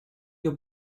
your